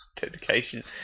Dedication